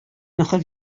мөһер